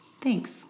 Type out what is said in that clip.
thanks